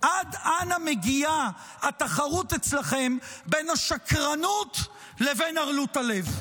עד אנה מגיעה התחרות אצלכם בין השקרנות לבין ערלות הלב?